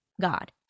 god